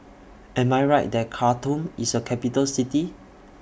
Am I Right that Khartoum IS A Capital City